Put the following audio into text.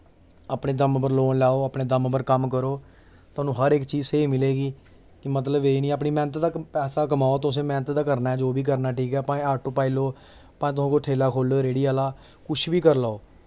अपने दम उप्पर लोन लैओ अपने दम उप्पर कम्म करो थाह्नूं हर इक चीज स्हेई मिलेगी मतलब एह् निं अपनी मैह्नत दा पैसा कमाओ तुस मैह्नत दा करना ऐ जो बी करना ऐ भाएं ऑटो पाई लैओ भाएं तुस कोई ठेल्ला खो'ल्लो रेह्ड़ी आह्ला कुछ बी करी लैओ